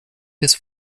des